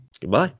Goodbye